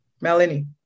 melanie